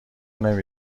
نمی